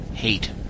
Hate